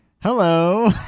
hello